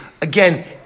again